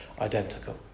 identical